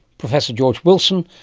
professor george wilson,